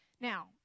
Now